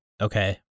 Okay